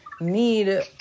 need